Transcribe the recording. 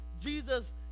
Jesus